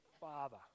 father